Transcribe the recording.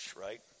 right